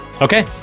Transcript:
Okay